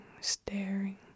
staring